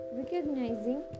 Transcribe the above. recognizing